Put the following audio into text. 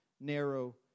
narrow